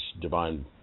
divine